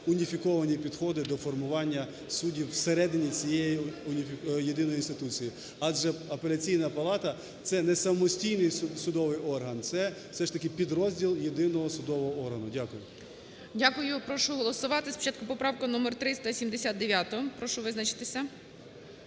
уніфіковані підходи до формування суддів всередині цієї єдиної інституції. Адже Апеляційна палата – це не самостійний судовий орган, це все ж таки підрозділ єдиного судового органу. Дякую. ГОЛОВУЮЧИЙ. Дякую. Прошу голосувати спочатку поправку номер 379, прошу визначатися.